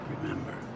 Remember